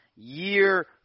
year